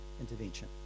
intervention